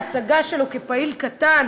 ההצגה שלו כפעיל קטן,